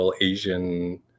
Asian